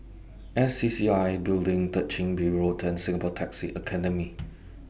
S C C C I Building Third Chin Bee Road and Singapore Taxi Academy